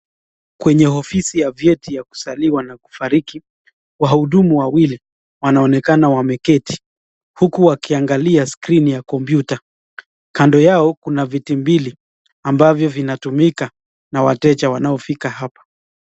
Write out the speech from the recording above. Kwenye ofisi ya vyeti ya kuzaliwa na kufariki, wahudumu wawili wanaonekana wameketi, huku wakiangalia skrini ya kompyuta. Kando yao kuna viti mbili, ambavyo vinatumika na wateja wanaofika hapa.